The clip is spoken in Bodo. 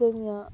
जोङो